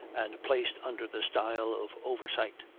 and placed under the style of oversight.